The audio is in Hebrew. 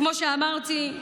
כמו שאמרתי,